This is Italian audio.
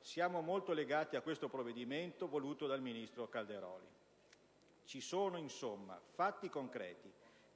Siamo molto legati a questo provvedimento voluto dal ministro Calderoli. Ci sono insomma fatti concreti